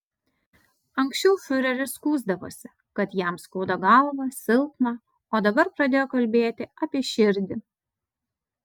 anksčiau fiureris skųsdavosi kad jam skauda galvą silpna o dabar pradėjo kalbėti apie širdį